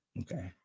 Okay